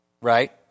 right